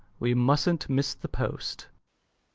we mustn't miss the post.